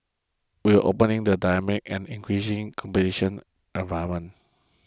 we are operating in a dynamic and increasingly competition environment